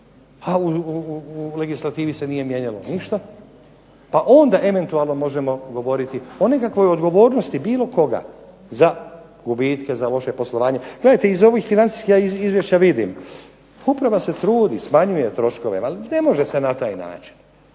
a u legislativi se nije mijenjalo ništa. Pa onda eventualno možemo govoriti o nekakvoj odgovornosti bilo koga za gubitke, za loše poslovanje. Gledajte iz ovih financijskih izvješća ja vidim, uprava se trudi smanjuje troškove, ali ne može se na taj način.